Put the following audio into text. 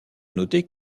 noter